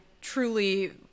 truly